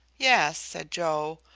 yes, said joe.